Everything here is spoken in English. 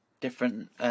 different